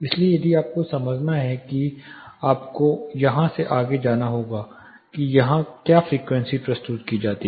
इसलिए यदि आपको समझना है तो आपको यहां से आगे जाना होगा कि यहां क्या फ्रीक्वेंसी प्रस्तुत की जाती है